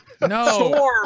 No